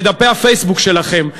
בדפי הפייסבוק שלכם.